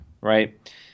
right